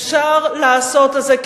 אפשר לעשות את זה.